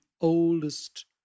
oldest